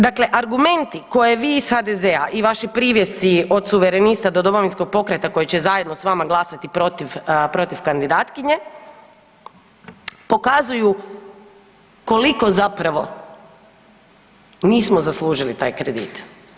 Dakle argumenti koje vi iz HDZ-a i njihovi privjesci, od Suverenista do Domovinskog pokreta koji će zajedno s vama glasati protiv kandidatkinje, pokazuju koliko zapravo nismo zaslužili taj kredit.